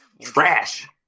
Trash